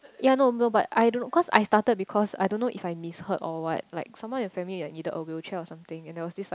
ya no no but I don't know cause I started because I don't know if I misheard or what like someone in family like needed a wheelchair or something and there was this like